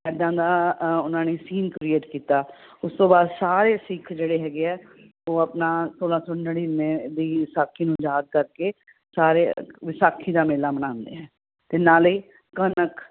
ਇੱਦਾਂ ਦਾ ਉਹਨਾਂ ਨੇ ਸੀਨ ਕ੍ਰੀਏਟ ਕੀਤਾ ਉਸ ਤੋਂ ਬਾਅਦ ਸਾਰੇ ਸਿੱਖ ਜਿਹੜੇ ਹੈਗੇ ਆ ਉਹ ਆਪਣਾ ਸੋਲ੍ਹਾਂ ਸੌ ਨੜਿਨਵੇਂ ਦੀ ਵਿਸਾਖੀ ਨੂੰ ਯਾਦ ਕਰਕੇ ਸਾਰੇ ਵਿਸਾਖੀ ਦਾ ਮੇਲਾ ਮਨਾਉਂਦੇ ਹੈ ਅਤੇ ਨਾਲੇ ਕਣਕ